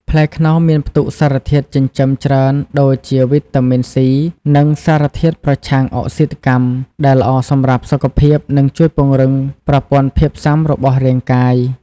ផ្លែខ្នុរមានផ្ទុកសារធាតុចិញ្ចឹមច្រើនដូចជា វីតាមីន C និងសារធាតុប្រឆាំងអុកស៊ីតកម្ម ដែលល្អសម្រាប់សុខភាព និងជួយពង្រឹងប្រព័ន្ធភាពស៊ាំរបស់រាងកាយ។